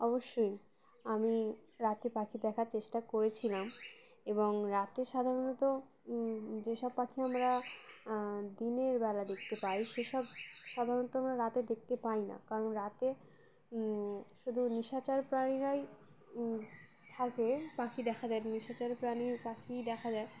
অবশ্যই আমি রাতে পাখি দেখার চেষ্টা করেছিলাম এবং রাতে সাধারণত যেসব পাখি আমরা দিনের বেলা দেখতে পাই সেসব সাধারণত আমরা রাতে দেখতে পাই না কারণ রাতে শুধু নিশাচার প্রাণীরাই থাকে পাখি দেখা যায় নিশাচার প্রাণীর পাখি দেখা যায়